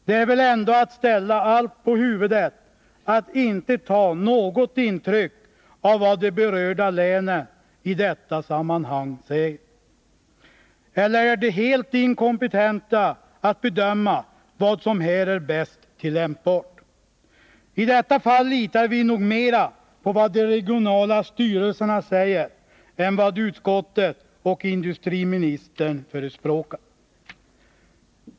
Det är väl ändå att ställa allt på huvudet att inte ta något intryck av vad de berörda länen i detta sammanhang säger. Eller är de helt inkompetenta när det gäller att bedöma vad som här är bäst tillämpbart? I detta fall litar vi nog mera på vad de regionala styrelserna säger än på vad utskottet och industriministern förespråkar.